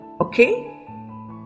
okay